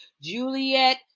Juliet